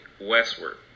westward